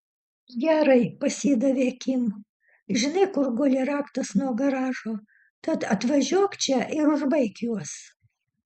gerai pasidavė kim žinai kur guli raktas nuo garažo tad atvažiuok čia ir užbaik juos